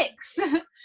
six